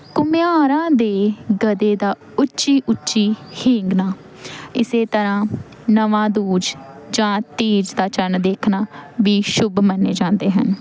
ਘੁਮਿਆਰਾਂ ਦੇ ਗਧੇ ਦਾ ਉੱਚੀ ਉੱਚੀ ਹੀਂਗਣਾ ਇਸ ਤਰ੍ਹਾਂ ਨਵਾਂ ਦੂਜ ਜਾਂ ਤੀਜ ਦਾ ਚੰਨ ਦੇਖਣਾ ਵੀ ਸ਼ੁਭ ਮੰਨੇ ਜਾਂਦੇ ਹਨ